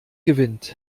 gewinnt